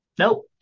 Nope